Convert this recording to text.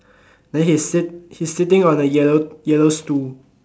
then he sit he sitting on the yellow yellow stool